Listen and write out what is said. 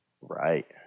Right